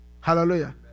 Hallelujah